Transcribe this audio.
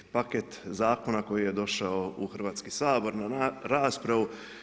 Paket zakona koji je došao u Hrvatski sabor na raspravu.